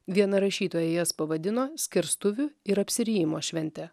viena rašytoja jas pavadino skerstuvių ir apsirijimo švente